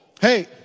hey